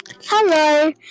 hello